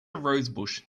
rosebush